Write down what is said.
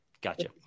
Gotcha